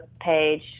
page